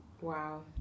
Wow